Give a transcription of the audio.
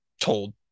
told